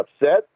upset